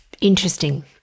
interesting